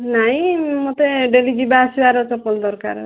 ନାଇଁ ମୋତେ ଡେଲି ଯିବା ଆସିବାର ଚପଲ ଦରକାର ଅଛି